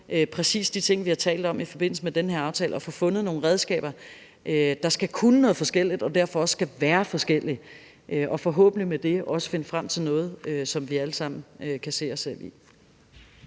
præcis de ting, vi har talt om i forbindelse med den her aftale, og have fundet nogle redskaber, der skal kunne noget forskelligt og derfor også skal være forskellige – og forhåbentlig med det også finde frem til noget, som vi alle sammen kan se os selv i.